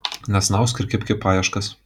nesnausk ir kibk į paieškas